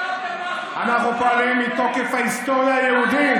הלוואי, אנחנו פועלים מתוקף ההיסטוריה היהודית.